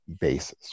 basis